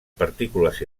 partícules